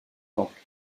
temple